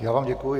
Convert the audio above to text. Já vám děkuji.